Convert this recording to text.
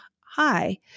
hi